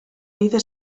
dice